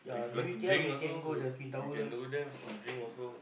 if you want to drink also you you can do there to drink also